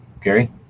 Gary